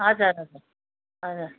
हजुर हजुर हजुर